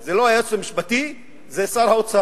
זה לא היועץ המשפטי, זה שר האוצר.